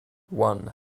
one